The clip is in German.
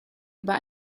über